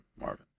Marvin